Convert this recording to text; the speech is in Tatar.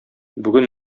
бүген